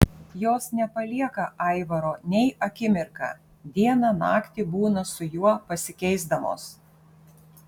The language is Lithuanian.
jos nepalieka aivaro nei akimirką dieną naktį būna su juo pasikeisdamos